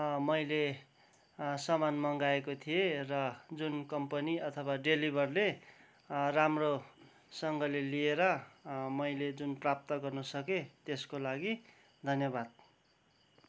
मैले सामान मँगाएको थिएँ र जुन कम्पनी अथवा डेलिबरले राम्रोसँगले लिएर मैले जुन प्राप्त गर्न सकेँ त्यसको लागि धन्यवाद